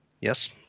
Yes